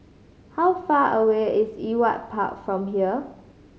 how far away is Ewart Park from here